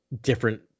different